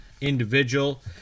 individual